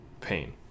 pain